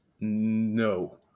No